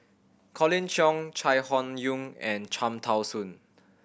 Colin Cheong Chai Hon Yoong and Cham Tao Soon